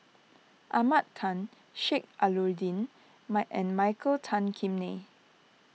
Ahmad Khan Sheik Alau'ddin my and Michael Tan Kim Nei